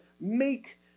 make